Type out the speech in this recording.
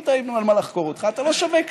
אם תהינו על מה לחקור אותך, אתה לא שווה כלום,